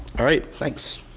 alright thanks!